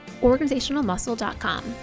OrganizationalMuscle.com